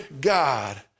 God